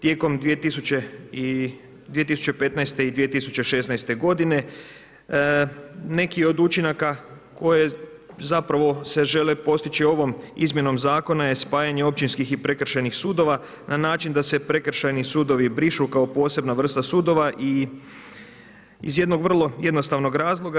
Tijekom 2015. i 2016. godine, neki od učinaka koje zapravo se žele postići ovom izmjenom zakona je spajanje općinskih i prekršajnih sudova na način da se prekršajni sudovi brišu kao posebna vrsta sudova iz jednog vrlo jednostavnog razloga.